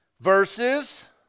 Verses